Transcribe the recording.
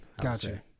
Gotcha